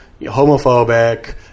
homophobic